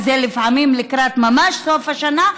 לפעמים ממש לקראת סוף השנה,